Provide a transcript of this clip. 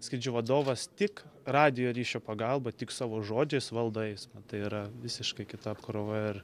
skrydžių vadovas tik radijo ryšio pagalba tik savo žodžiais valdo eismą tai yra visiškai kita apkrova ir